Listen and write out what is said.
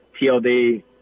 TLD